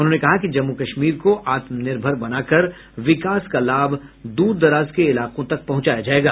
उन्होंने कहा कि जम्मू कश्मीर को आत्मनिर्भर बनाकर विकास का लाभ दूर दराज के इलाकों तक पहुंचाया जाएगा